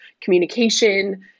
communication